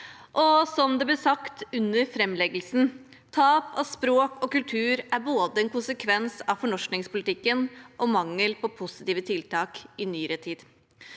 Som det ble sagt under framleggelsen: «(…) tap av språk og kultur er både en konsekvens av fornorskningspolitikken og mangel på positive tiltak i nyere tid.»